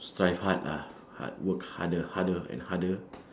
strive hard lah hard work harder harder and harder